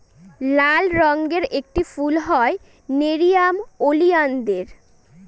লাল রঙের একটি ফুল হয় নেরিয়াম ওলিয়ানদের